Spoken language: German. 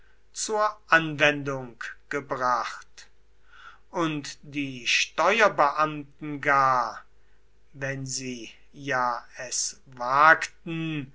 zur anwendung gebracht und die steuerbeamten gar wenn sie ja es wagten